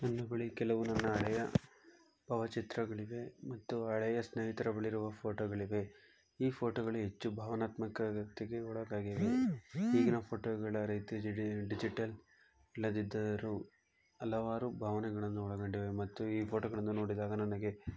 ನನ್ನ ಬಳಿ ಕೆಲವು ನನ್ನ ಹಳೆಯ ಭಾವಚಿತ್ರಗಳಿವೆ ಮತ್ತು ಹಳೆಯ ಸ್ನೇಹಿತರುಗಳಿರುವ ಫೋಟೋಗಳಿವೆ ಈ ಫೋಟೊಗಳು ಹೆಚ್ಚು ಭಾವನಾತ್ಮಕ ವ್ಯಕ್ತಿಗೆ ಒಳಗಾಗಿವೆ ಈಗಿನ ಫೋಟೋಗಳ ರೀತಿ ಜಿಡಿ ಡಿಜಿಟಲ್ ಇಲ್ಲದಿದ್ದರೂ ಹಲವಾರು ಭಾವನೆಗಳನ್ನು ಒಳಗೊಂಡಿವೆ ಮತ್ತು ಈ ಫೋಟೋಗಳನ್ನು ನೋಡಿದಾಗ ನನಗೆ